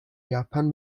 japan